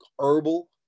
herbal